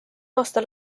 aasta